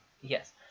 yes